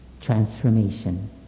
Transformation